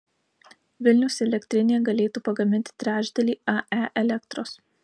vilniaus elektrinė galėtų pagaminti trečdalį ae elektros